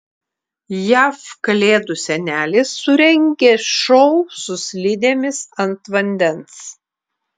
jav kalėdų senelis surengė šou su slidėmis ant vandens